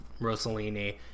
Rossellini